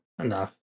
enough